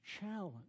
challenge